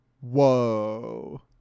Whoa